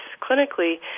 clinically